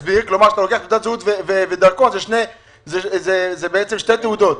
כשאתה לוקח תעודת זהות ודרכון זה בעצם שתי תעודות,